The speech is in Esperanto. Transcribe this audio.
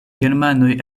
germanoj